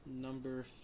number